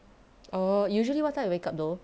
oh usually what time you wake up though